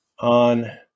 on